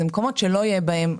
אלה מקומות שלא יהיו בהם,